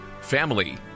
family